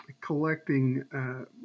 collecting